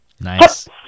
Nice